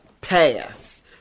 pass